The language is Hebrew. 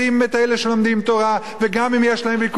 גם אם יש להם ויכוח בעניין השירות הצבאי,